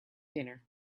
dinner